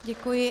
Děkuji.